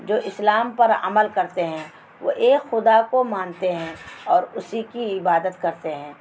جو اسلام پر عمل کرتے ہیں وہ ایک خدا کو مانتے ہیں اور اسی کی عبادت کرتے ہیں